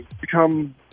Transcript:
become